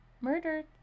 murdered